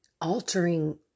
altering